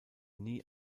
nie